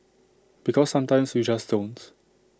because sometimes you just don't